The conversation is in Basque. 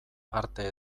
arte